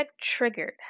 Triggered